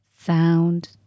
sound